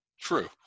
True